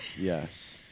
Yes